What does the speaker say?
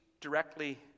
directly